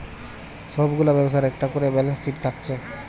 সব গুলা ব্যবসার একটা কোরে ব্যালান্স শিট থাকছে